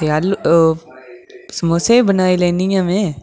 ते आलू दे समोसे बी बनाई लैन्नी आं में